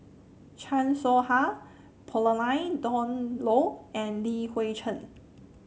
Chan Soh Ha Pauline Dawn Loh and Li Hui Cheng